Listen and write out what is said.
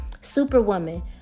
Superwoman